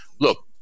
look